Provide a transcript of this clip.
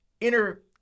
inner